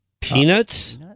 Peanuts